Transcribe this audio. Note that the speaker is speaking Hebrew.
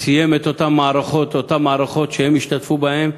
סיים את אותן מערכות שהם השתתפו בהן,